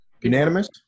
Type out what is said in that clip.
Unanimous